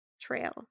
trail